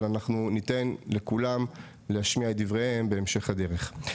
אבל ניתן לכולם להשמיע את דבריהם בהמשך הדרך.